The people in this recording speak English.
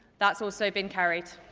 that's also been carried.